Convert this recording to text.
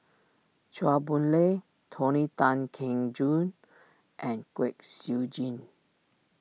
Chua Boon Lay Tony Tan Keng Joo and Kwek Siew Jin